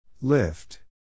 Lift